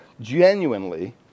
genuinely